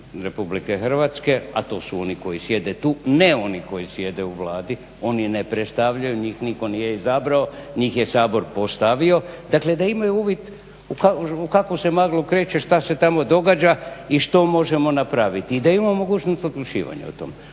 Republike Hrvatske, a to su oni koji sjede tu, ne oni koji sjede u Vladi, oni ne predstavljaju, njih nitko nije izabrao, njih je Sabor postavio. Dakle da imaju uvid u kakvu se maglu kreće, šta se tamo događa i što možemo napraviti i da imamo mogućnost odlučivanja o tom.